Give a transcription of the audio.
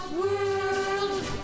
world